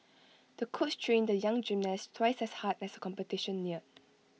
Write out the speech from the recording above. the coach trained the young gymnast twice as hard as the competition neared